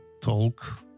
talk